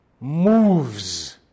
moves